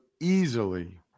easily